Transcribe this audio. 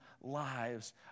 lives